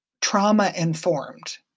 trauma-informed